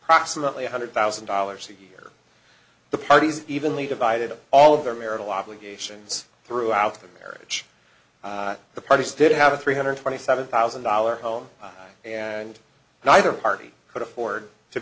proximately hundred thousand dollars a year the parties evenly divided on all of their marital obligations throughout the marriage the parties did have a three hundred twenty seven thousand dollar home and neither party could afford to